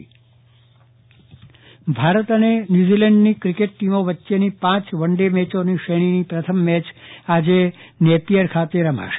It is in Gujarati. ચંદ્રવદન પટ્ટણી વનડે મેચ ભારત અને ન્યુઝીલેન્ડની ક્રિકેટ ટીમો વચ્ચેની પાંચ વનડે મેચોની શ્રેણીની પ્રથમ મેચ આજે નેતીયર ખાતે રમાશે